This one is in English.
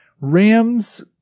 Rams